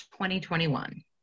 2021